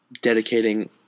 dedicating